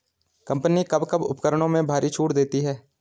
Company कब कब उपकरणों में भारी छूट देती हैं?